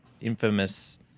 infamous